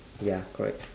ya correct